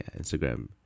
Instagram